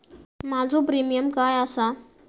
माझो प्रीमियम काय आसा?